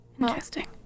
Interesting